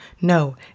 No